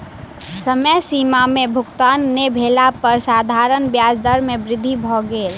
समय सीमा में भुगतान नै भेला पर साधारण ब्याज दर में वृद्धि भ गेल